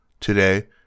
Today